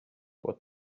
what